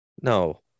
No